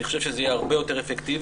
אני חושב שזה יהיה הרבה יותר אפקטיבי.